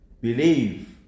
believe